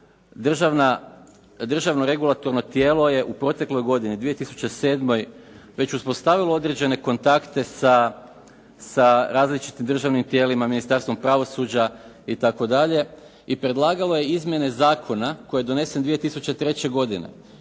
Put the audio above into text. državno regulatorno tijelo je u protekloj godini 2007. već uspostavilo određene kontakte sa različitim državnim tijelima, Ministarstvom pravosuđa itd. i predlagalo je izmjene zakona koji je donesen 2003. godine